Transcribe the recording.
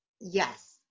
Yes